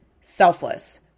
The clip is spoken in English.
selfless